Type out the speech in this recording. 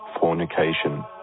fornication